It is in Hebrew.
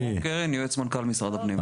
אני יועץ מנכ"ל משרד הפנים.